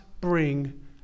bring